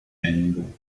hennebeau